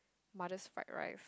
mother's fried rice